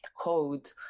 code